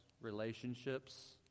relationships